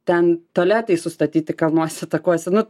ten tualetai sustatyti kalnuose takuose nu